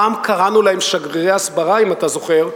פעם קראנו להם "שגרירי הסברה", אם אתה זוכר,